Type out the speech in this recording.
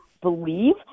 believe